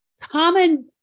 common